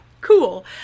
Cool